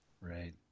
Right